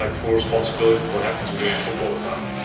like full responsibility for what happens within our football